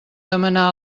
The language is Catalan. demanar